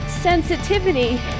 sensitivity